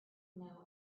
know